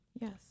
Yes